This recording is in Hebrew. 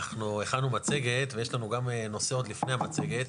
אנחנו הכנו מצגת, ויש לנו גם נושא עוד לפני המצגת.